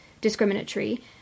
discriminatory